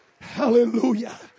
hallelujah